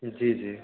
जी जी